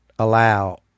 allow